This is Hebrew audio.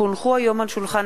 כי הונחו היום על שולחן